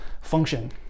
function